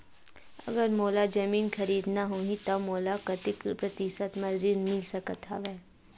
अगर मोला जमीन खरीदना होही त मोला कतेक प्रतिशत म ऋण मिल सकत हवय?